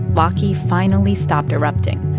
laki finally stopped erupting.